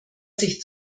sich